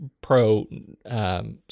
pro